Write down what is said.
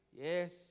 Yes